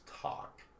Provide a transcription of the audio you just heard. talk